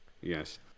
Yes